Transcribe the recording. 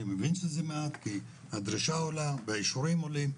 אני מבין שזה מעט כי הדרישה עולה והאישורים עולים,